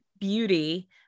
beauty